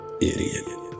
Idiot